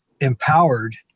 empowered